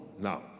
now